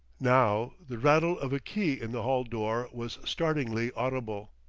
now the rattle of a key in the hall-door was startlingly audible.